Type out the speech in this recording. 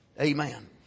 Amen